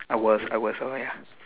I was I was oh ya